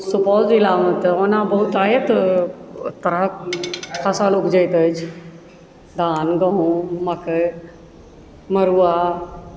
सुपौल जिलामे तऽ ओना बहुतायत तरहक फसल उपजैत अछि धान गहुँम मकई मड़ुआ